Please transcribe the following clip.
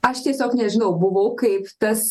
aš tiesiog nežinau buvau kaip tas